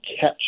catch